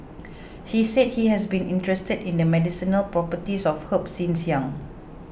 he said he has been interested in the medicinal properties of herbs since young